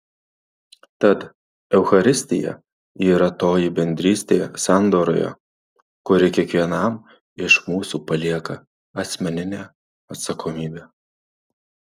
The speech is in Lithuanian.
tad eucharistija yra toji bendrystė sandoroje kuri kiekvienam iš mūsų palieka asmeninę atsakomybę